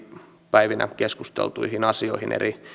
päivinä keskusteltuihin asioihin eri